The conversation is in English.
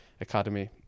Academy